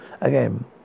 again